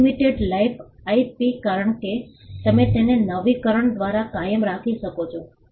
unlimited life IP કારણ કે તમે તેને નવીકરણ દ્વારા કાયમ રાખી શકો છો